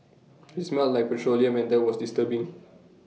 IT smelt like petroleum and that was disturbing